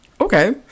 Okay